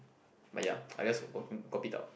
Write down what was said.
but ya I just